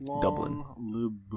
Dublin